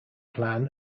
plan